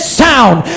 sound